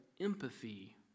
empathy